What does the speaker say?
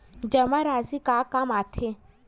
जमा राशि का काम आथे?